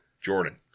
Jordan